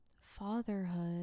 fatherhood